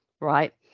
right